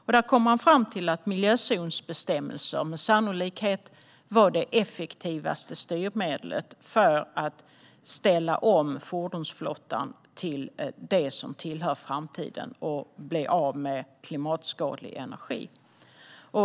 Man har kommit fram till att miljözonsbestämmelser sannolikt är det effektivaste styrmedlet för att ställa om fordonsflottan till det som tillhör framtiden och bli av med klimatskadlig energi.